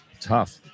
tough